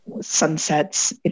sunsets